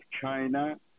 China